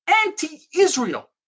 Anti-Israel